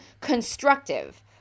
constructive